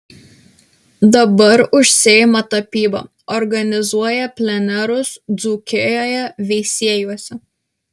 dabar užsiima tapyba organizuoja plenerus dzūkijoje veisiejuose